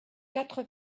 quatre